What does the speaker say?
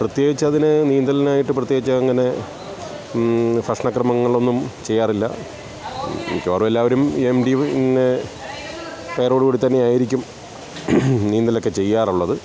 പ്രത്യേകിച്ച് അതിന് നീന്തലിനായിട്ട് പ്രത്യേകിച്ച് അങ്ങനെ ഭക്ഷണ ക്രമങ്ങളൊന്നും ചെയ്യാറില്ല മിക്കവാറും എല്ലാവരും എംപ്റ്റി പിന്നെ വയറോട് കൂടി തന്നെയായിരിക്കും നീന്തലൊക്കെ ചെയ്യാറുള്ളത്